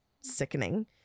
sickening